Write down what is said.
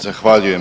Zahvaljujem.